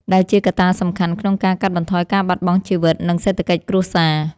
ដែលជាកត្តាសំខាន់ក្នុងការកាត់បន្ថយការបាត់បង់ជីវិត និងសេដ្ឋកិច្ចគ្រួសារ។